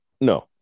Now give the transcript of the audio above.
No